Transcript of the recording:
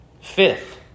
Fifth